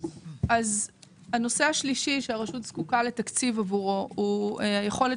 הנושא השלישי שהרשות זקוקה לתקציב עבורו הוא היכולת